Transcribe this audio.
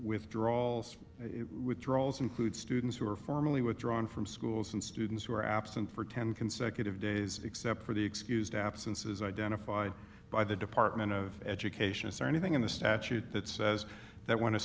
withdrawals withdrawals include students who are formally withdrawn from schools and students who are absent for ten consecutive days except for the excused absence is identified by the department of education is there anything in the statute that says that w